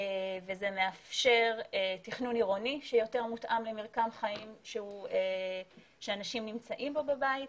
וזה מאפשר תכנון עירוני שיותר מותאם למרקם חיים שאנשים נמצאים בו בבית,